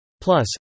Plus